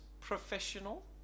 professional